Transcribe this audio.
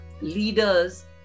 leaders